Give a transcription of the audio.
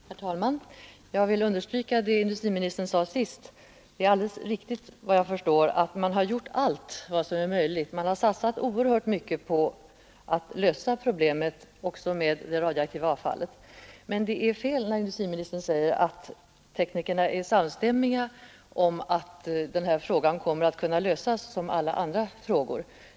Herr talman! Jag vill understryka det industriministern sade sist. Det är alldeles riktigt, vad jag förstår, att man har gjort allt vad som är möjligt. Man har satsat oerhört mycket på att lösa problemen med det radioaktiva avfallet. Men det är inte riktigt när industriministern säger att teknikerna är samstämmiga om att denna fråga kommer att kunna lösas som alla andra frågor.